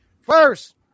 first